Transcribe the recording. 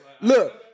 Look